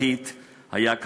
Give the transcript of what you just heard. חברתית היה,